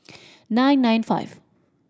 nine nine five